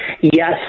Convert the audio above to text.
Yes